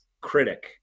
critic